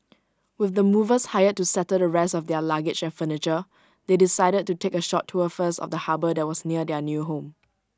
with the movers hired to settle the rest of their luggage and furniture they decided to take A short tour first of the harbour that was near their new home